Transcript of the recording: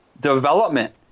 development